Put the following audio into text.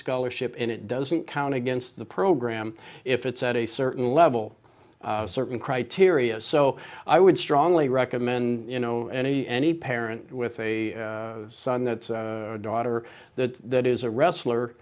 scholarship and it doesn't count against the program if it's at a certain level certain criteria so i would strongly recommend you know any any parent with a son that daughter that that is a wrestler